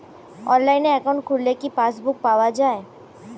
অনলাইনে একাউন্ট খুললে কি পাসবুক পাওয়া যায়?